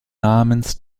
namens